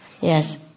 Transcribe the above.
Yes